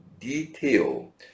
detail